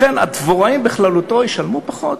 לכן, הדבוראים בכלל ישלמו פחות,